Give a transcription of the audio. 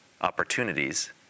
opportunities